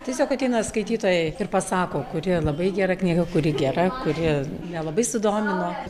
tiesiog ateina skaitytojai ir pasako kuri labai gera knyga kuri gera kuri nelabai sudomino